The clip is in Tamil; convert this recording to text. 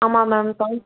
ஆமாம் மேம் சயின்ஸ்